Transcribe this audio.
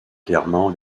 clairement